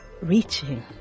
reaching